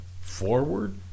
Forward